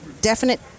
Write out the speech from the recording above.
definite